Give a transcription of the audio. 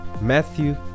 Matthew